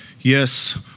Yes